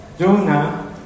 Jonah